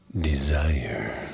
Desire